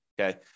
okay